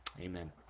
Amen